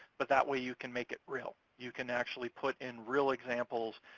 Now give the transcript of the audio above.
but that way you can make it real. you can actually put in real examples,